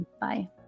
bye